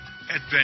Adventure